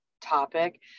topic